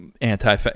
anti